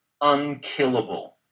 unkillable